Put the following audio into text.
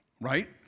right